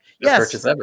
yes